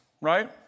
right